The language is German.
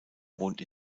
wohnt